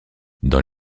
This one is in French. dans